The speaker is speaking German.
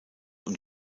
und